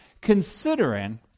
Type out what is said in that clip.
considering